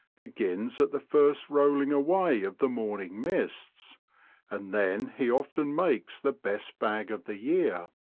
begins at the first rolling away of the morning mists and then he often makes the best bag of the year.